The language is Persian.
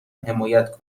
حمایت